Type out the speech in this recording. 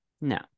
No